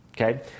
Okay